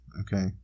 Okay